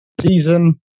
season